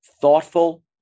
Thoughtful